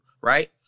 right